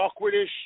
awkwardish